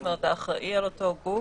זאת אומרת, האחראי על אותו גוף,